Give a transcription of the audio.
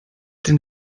denn